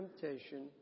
temptation